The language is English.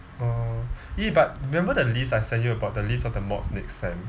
oh !ee! but remember the list I sent you about the list of the mods next sem